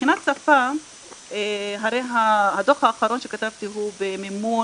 הדוח האחרון שכתבתי הוא במימון